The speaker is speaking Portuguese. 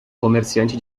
comerciante